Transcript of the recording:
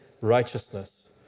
righteousness